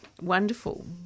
Wonderful